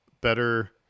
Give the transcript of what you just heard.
better